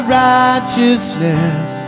righteousness